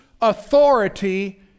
authority